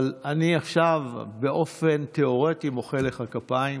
אבל אני עכשיו באופן תיאורטי מוחא לך כפיים